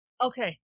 Okay